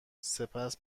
سپس